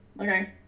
Okay